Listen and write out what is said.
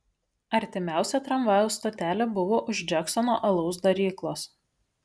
artimiausia tramvajaus stotelė buvo už džeksono alaus daryklos